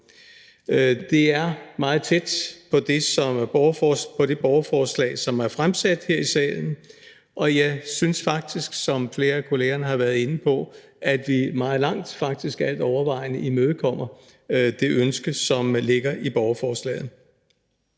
Det er meget tæt på det borgerforslag, som er fremsat her i salen, og jeg synes faktisk, som flere kolleger har været inde på, at vi meget langt – faktisk altovervejende – imødekommer det ønske, som ligger i borgerforslaget.